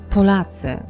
Polacy